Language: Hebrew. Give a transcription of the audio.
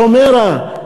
שומרה,